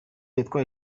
yatwaye